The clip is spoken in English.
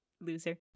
loser